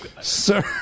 Sir